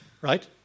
right